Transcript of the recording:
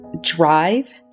drive